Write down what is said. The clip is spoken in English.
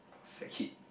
sad kid